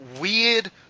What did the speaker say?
weird